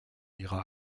ihrer